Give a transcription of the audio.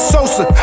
Sosa